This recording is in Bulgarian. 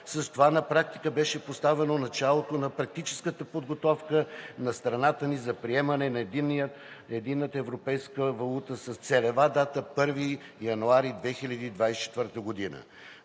С това на практика беше поставено началото на практическата подготовка на страната ни за приемане на единната европейска валута с целева дата 1 януари 2024 г.